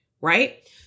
right